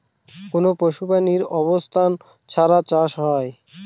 কোনো পশু প্রাণীর অবস্থান ছাড়া চাষ হয়